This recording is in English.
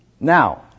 Now